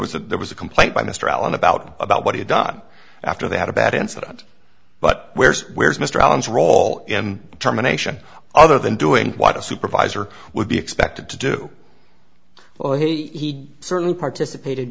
was that there was a complaint by mr allen about about what he'd done after they had a bad incident but where's where's mr allen's role in terminations other than doing what a supervisor would be expected to do well he certainly participated